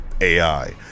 AI